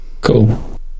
Cool